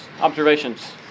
observations